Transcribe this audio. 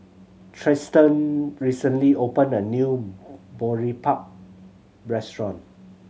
Tristan recently opened a new Boribap restaurant